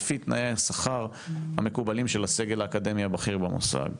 לפי תנאי השכר המקובלים של הסגל האקדמי הבכיר במוסד.